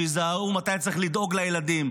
שיזהו מתי צריך לדאוג לילדים,